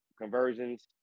conversions